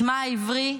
שמה העברי,